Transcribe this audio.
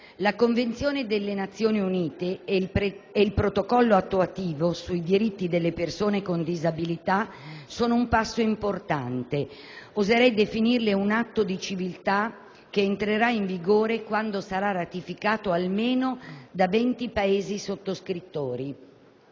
La Convenzione delle Nazioni Unite e il Protocollo attuativo sui diritti delle persone con disabilità sono un passo importante, oserei definirli un atto di civiltà che è entrato in vigore, in quanto ratificato da 20 Paesi sottoscrittori,